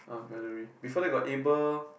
ah Valeri before that got able